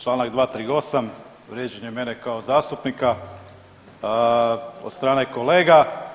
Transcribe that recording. Čl. 238., vrijeđanje mene kao zastupnika od strane kolega.